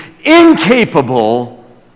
incapable